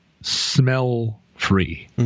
smell-free